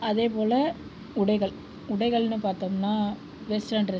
அதே போல உடைகள் உடைகள்னு பார்த்தோம்னா வெஸ்டென் ட்ரெஸ்